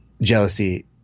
jealousy